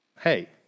hey